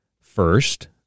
first